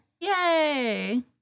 Yay